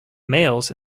males